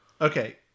Okay